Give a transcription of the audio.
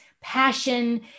passion